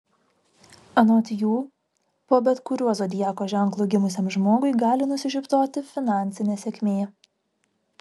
anot jų po bet kuriuo zodiako ženklu gimusiam žmogui gali nusišypsoti finansinė sėkmė